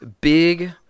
big